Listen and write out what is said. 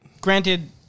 Granted